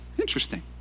interesting